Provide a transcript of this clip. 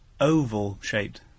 oval-shaped